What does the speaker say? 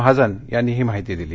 महाजन यांनी ही माहिती दिली